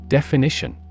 Definition